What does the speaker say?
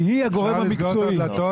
כי היא הגורם המקצועי.